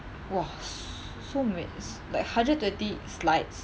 !wah! s~ so many like hundred twenty slides